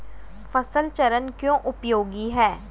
फसल चरण क्यों उपयोगी है?